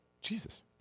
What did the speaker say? Jesus